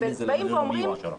אומרים: